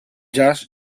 jazz